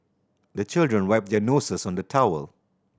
the children wipe their noses on the towel